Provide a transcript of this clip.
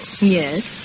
Yes